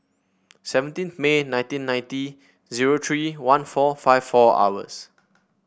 seventeen May nineteen ninety zero three one four five four hours